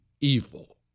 evil